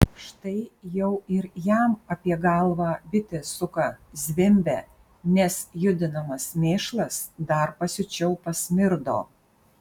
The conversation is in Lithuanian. štai jau ir jam apie galvą bitė suka zvimbia nes judinamas mėšlas dar pasiučiau pasmirdo